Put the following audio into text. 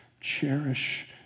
Cherish